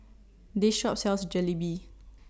This Shop sells Jalebi